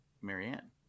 Marianne